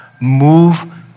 move